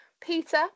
Peter